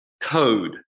code